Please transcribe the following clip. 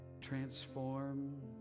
transform